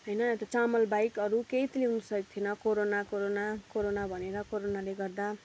होइन त्यो चामल बाहेक अरू केही त ल्याउनु सकेको थिएन कोरोना कोरोना कोरोना भनेर कोरोनाले गर्दा